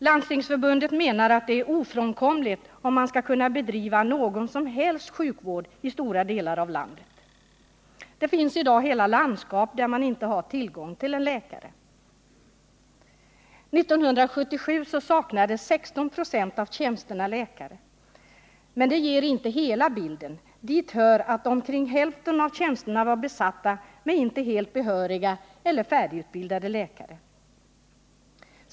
Landstingsförbundet menar att detta är ofrånkomligt, om man i stora delar av landet skall kunna bedriva någon som helst sjukvård. Det finns i dag hela landskap, där man inte har tillgång till läkare. 1977 saknade 16 94 av tjänsterna läkare. Men detta ger inte hela bilden. Dit hör att omkring hälften av tjänsterna var besatta med inte helt behöriga eller inte helt färdigutbildade läkare.